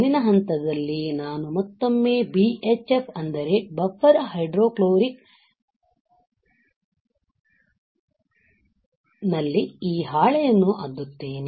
ಮುಂದಿನ ಹಂತದಲ್ಲಿ ನಾನು ಮತ್ತೊಮ್ಮೆ BHF ಅಂದರೆ ಬಫರ್ ಹೈಡ್ರೋಕ್ಲೋರಿಕ್ನಲ್ಲಿ ಈ ಹಾಳೆಯನ್ನು ಅದ್ದುತ್ತೇನೆ